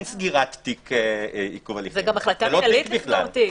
זה לא תיק בכלל.